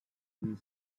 valley